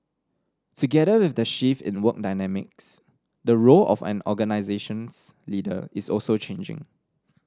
together with the shift in work dynamics the role of an organisation's leader is also changing